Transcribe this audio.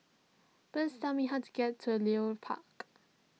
please tell me how to get to Leo Park